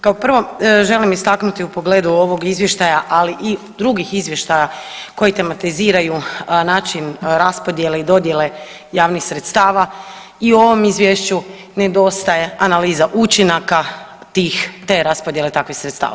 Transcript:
Kao prvo želim istaknuti u pogledu ovog izvještaja ali i drugih izvještaja koji tematiziraju način raspodjele i dodjele javnih sredstava i u ovom izvješću nedostaje analiza učinaka te raspodjele takvih sredstava.